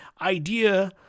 idea